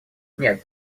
нет